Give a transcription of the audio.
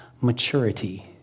maturity